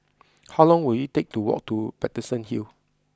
how long will it take to walk to Paterson Hill